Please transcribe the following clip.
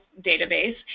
database